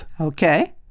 Okay